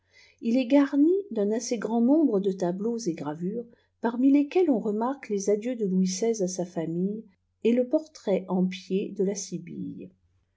il est garni â'junadses gna nombre de tableaux et gravures parmi squels on remacqualfii ladleml de uduis xvi sa famille et le portrait pti pied de la